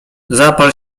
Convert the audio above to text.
zapal